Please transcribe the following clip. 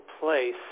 place